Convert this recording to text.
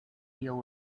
deal